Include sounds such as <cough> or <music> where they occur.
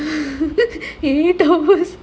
<laughs> you eat eight hours <laughs>